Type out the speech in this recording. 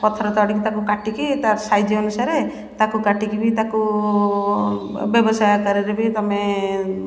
ପଥର ତଡ଼ିକି ତାକୁ କାଟିକି ତା ସାଇଜ୍ ଅନୁସାରେ ତାକୁ କାଟିକି ବି ତାକୁ ବ୍ୟବସାୟ ଆକାରରେ ବି ତୁମେ